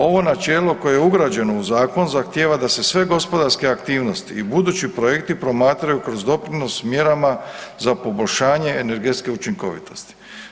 Ovo načelo koje je ugrađeno u zakon zahtjeva da se sve gospodarske aktivnosti i budući projekti promatraju kroz doprinos mjerama za poboljšanje energetske učinkovitosti.